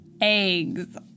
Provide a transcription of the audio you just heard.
Eggs